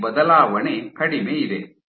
ಈ ಬದಲಾವಣೆ ಕಡಿಮೆ ಇದೆ